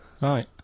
Right